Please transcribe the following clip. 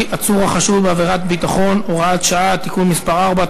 (עצור החשוד בעבירת ביטחון) (הוראת שעה) (תיקון מס' 4),